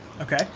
Okay